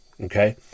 okay